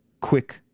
quick